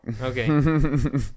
okay